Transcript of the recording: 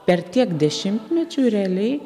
per tiek dešimtmečių realiai